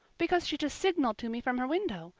because she just signaled to me from her window.